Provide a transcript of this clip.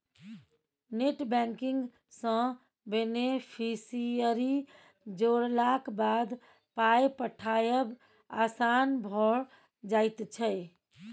net banking सँ beneficiary जोड़लाक बाद पाय पठायब आसान भऽ जाइत छै